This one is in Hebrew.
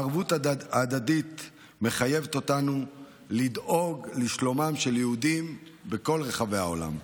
הערבות ההדדית מחייבת אותנו לדאוג לשלומם של יהודים בכל רחבי העולם.